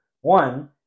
One